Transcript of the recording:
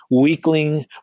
weakling